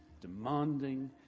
demanding